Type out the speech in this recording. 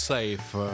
Safe